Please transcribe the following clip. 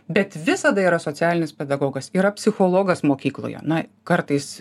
bet visada yra socialinis pedagogas yra psichologas mokykloje na kartais